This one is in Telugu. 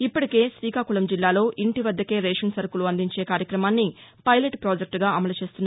ఇప్పటీకే తీకాకుళం జిల్లాలో ఇంటివద్దకే రేషన్ సరుకులు అందించే కార్యక్రమాన్ని పైలట్ పాజెక్టుగా అమలుచేస్తున్నారు